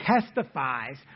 testifies